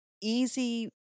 easy